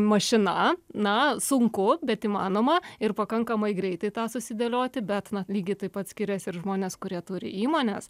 mašina na sunku bet įmanoma ir pakankamai greitai tą susidėlioti bet na lygiai taip pat skiriasi ir žmonės kurie turi įmones